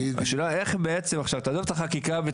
תעזוב את החקיקה.